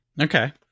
okay